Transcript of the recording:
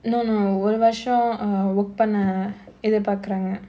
no no ஒரு வருசம்:oru varusam uh work பண்ண எதிர்பாக்குறாங்க:panna ethirpaakkuraanga